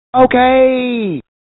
Okay